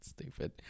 stupid